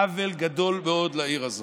עוול גדול מאוד לעיר הזאת.